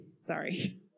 Sorry